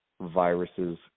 viruses